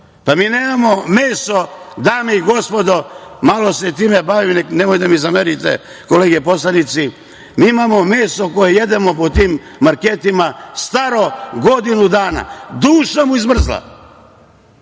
mi nemamo meso, dame i gospodo. Malo se time bavim. Nemojte da mi zamerite, kolege poslanici. Mi imamo meso koje jedemo po tim marketima staro godinu dana, duša mu izmrzla